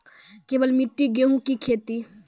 केवल मिट्टी गेहूँ की खेती?